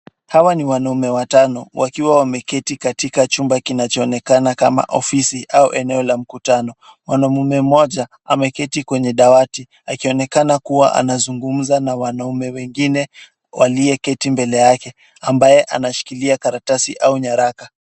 Hawa ni wanaume watano, wakiwa wameketi katika chumba kinachoonekana kama ofisi au eneo la mkutano. Mwanaume mmoja ameketi kwenye dawati akionekana kuwa anazungumza na wanaume wengine walioketi mbele yake ambaye anashikikia karatasi au nyaraka.